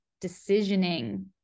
decisioning